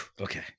Okay